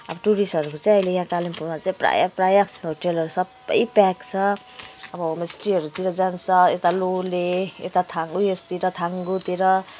अब टुरिस्टहरूको चाहिँ अब यहाँ कालिम्पोङमा चाहिँ प्राय प्राय होटेलहरू सबै प्याक छ अब होमस्टेहरूतिर जान्छ यता लोले यता थाङ उयसतिर थाङ्गुतिर